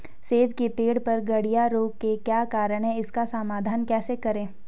सेब के पेड़ पर गढ़िया रोग के क्या कारण हैं इसका समाधान कैसे करें?